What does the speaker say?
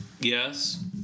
Yes